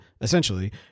essentially